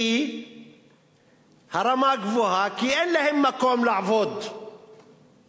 כי הרמה גבוהה כי אין להם מקום לעבוד בהיי-טק,